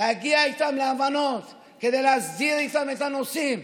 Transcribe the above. להגיע איתם להבנות כדי להסדיר איתם את הנושאים.